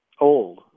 old